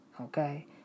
Okay